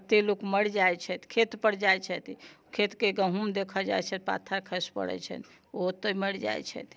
कते लोक मर जाइत छथि खेत पर जाइत छथि खेतके गहूँम देखै जाइत छथि पाथरि खसि पड़ैत छनि ओ ओतै मरि जाइत छथि